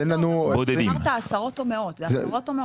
גם קודם אמרת עשרות או מאות, זה עשרות או מאות?